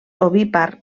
ovípar